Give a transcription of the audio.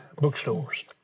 bookstores